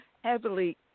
heavily